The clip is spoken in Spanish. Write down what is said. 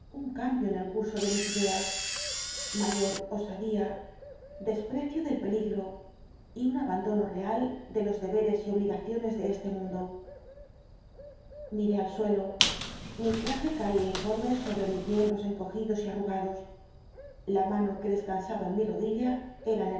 un cambio en el curso de mis ideas mayor osadía desprecio del peligro y un abandono real de los deberes y obligaciones de este mundo miré al suelo mi traje caía informe sobre mis miembros encogidos y arrugados la mano que descansaba en mi rodilla era